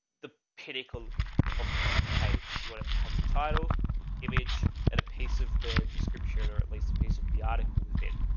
the pinnacle of the the page. you want it to have your title image at a pace of the description, or at least a piece of the article with it.